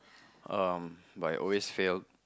um but I always failed